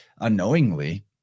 unknowingly